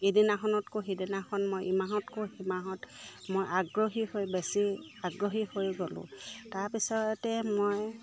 এদিনাখনতকৈ সিদিনাখন মই ইমাহতকৈ সিমাহত মই আগ্ৰহী হৈ বেছি আগ্ৰহী হৈ গ'লোঁ তাৰপিছতে মই